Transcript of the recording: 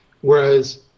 Whereas